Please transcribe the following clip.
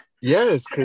Yes